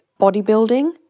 bodybuilding